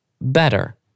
better